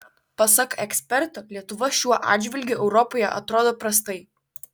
pasak eksperto lietuva šiuo atžvilgiu europoje atrodo prastai